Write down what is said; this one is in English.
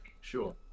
Sure